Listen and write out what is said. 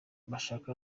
bashaka